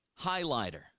highlighter